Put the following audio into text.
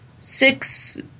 Six